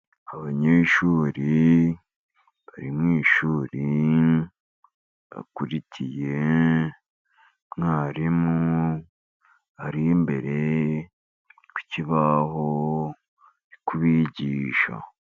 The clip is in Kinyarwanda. Abanyeshuri bari mu ishuri bakurikiye mwarimu, ari imbere ku kibaho, ari kubigisha.